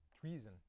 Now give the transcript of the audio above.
treason